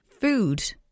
food